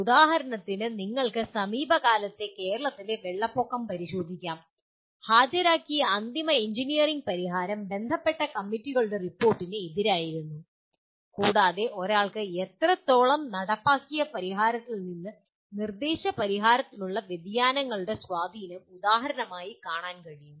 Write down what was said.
ഉദാഹരണത്തിന് നിങ്ങൾക്ക് സമീപകാലത്തെ കേരളത്തിലെ വെള്ളപ്പൊക്കം പരിശോധിക്കാം ഹാജരാക്കിയ അന്തിമ എഞ്ചിനീയറിംഗ് പരിഹാരം ബന്ധപ്പെട്ട കമ്മിറ്റികളുടെ റിപ്പോർട്ടിന് എതിരായിരുന്നു കൂടാതെ ഒരാൾക്ക് എത്രത്തോളം നടപ്പാക്കിയ പരിഹാരത്തിൽ നിന്ന് നിർദ്ദേശിച്ച പരിഹാരത്തിനുള്ള വ്യതിയാനങ്ങളുടെ സ്വാധീനം ഉദാഹരണമായി കാണാൻ കഴിയും